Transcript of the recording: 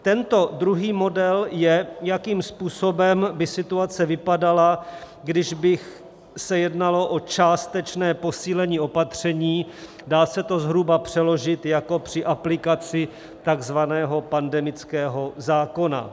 Tento druhý model je, jakým způsobem by situace vypadala, když by se jednalo o částečné posílení opatření, dá se to zhruba přeložit jako při aplikaci takzvaného pandemického zákona.